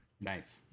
nice